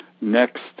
Next